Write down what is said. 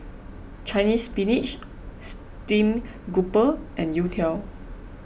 Chinese Spinach Stream Grouper and Youtiao